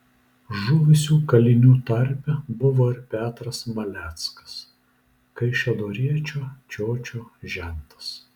žuvusių kalinių tarpe buvo ir petras maleckas kaišiadoriečio čiočio žentas